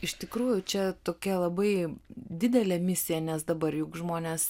iš tikrųjų čia tokia labai didelė misija nes dabar juk žmonės